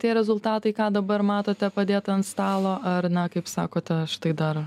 tie rezultatai ką dabar matote padėtą ant stalo ar na kaip sakote štai dar